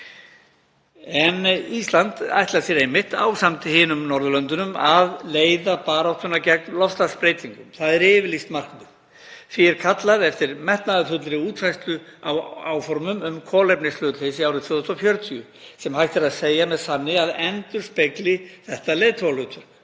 Ísland ætlar sér einmitt ásamt hinum Norðurlöndunum að leiða baráttuna gegn loftslagsbreytingum. Það er yfirlýst markmið. Því er kallað eftir metnaðarfullri útfærslu á áformum um kolefnishlutleysi árið 2040 sem hægt er að segja með sanni að endurspegli þetta leiðtogahlutverk